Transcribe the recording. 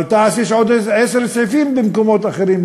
אבל לתע"ש יש עוד איזה עשרה סעיפים במקומות אחרים.